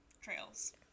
trails